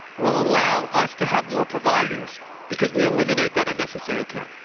will allow us to have more providers because we eliminate that unnecessary care.